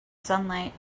sunlight